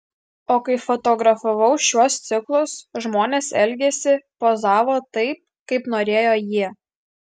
o kai fotografavau šiuos ciklus žmonės elgėsi pozavo taip kaip norėjo jie